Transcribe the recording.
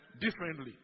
differently